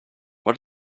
what